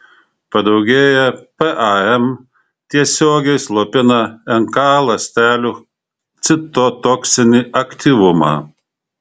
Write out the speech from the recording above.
padaugėję pam tiesiogiai slopina nk ląstelių citotoksinį aktyvumą